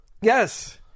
Yes